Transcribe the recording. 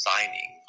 Signing